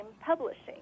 publishing